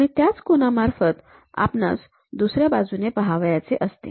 आणि त्याच कोनामार्फत आपणास दुसऱ्या बाजूस पहावयाचे असते